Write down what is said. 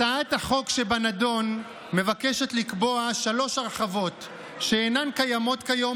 הצעת החוק שבנדון מבקשת לקבוע שלוש הרחבות שאינן קיימות כיום